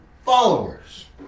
followers